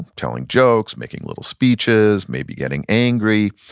telling jokes, making little speeches, maybe getting angry,